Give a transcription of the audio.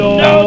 no